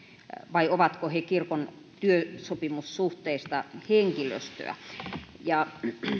vai ovatko he kirkon työsopimussuhteista henkilöstöä ja